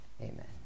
Amen